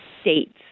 states